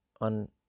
on